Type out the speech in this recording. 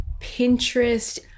Pinterest